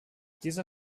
dieser